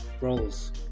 roles